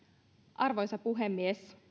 arvoisa puhemies